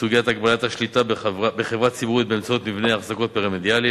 סוגיית הגבלת השליטה בחברה ציבורית באמצעות מבנה אחזקות פירמידלי,